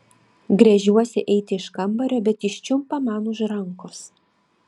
gręžiuosi eiti iš kambario bet jis čiumpa man už rankos